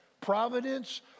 Providence